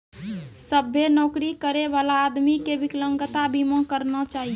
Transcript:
सभ्भे नौकरी करै बला आदमी के बिकलांगता बीमा करना चाहियो